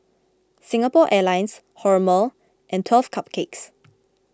Singapore Airlines Hormel and twelve Cupcakes